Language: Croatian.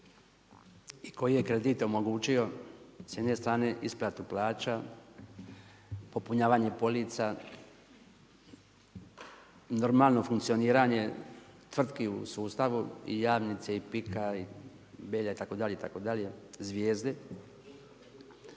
i koji je kredit omogućio s jedne strane isplatu plaća, popunjavanje polica, normalno funkcioniranje tvrtki u sustavu i Jamnice i PIK-a i Belja itd., itd., Zvijezde.